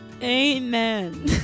Amen